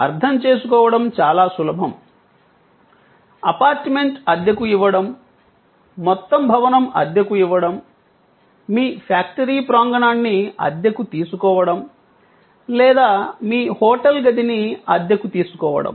అర్థం చేసుకోవడం చాలా సులభం అపార్ట్మెంట్ అద్దెకు ఇవ్వడం మొత్తం భవనం అద్దెకు ఇవ్వడం మీ ఫ్యాక్టరీ ప్రాంగణాన్ని అద్దెకు తీసుకోవడం లేదా మీ హోటల్ గదిని అద్దెకు తీసుకోవడం